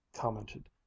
commented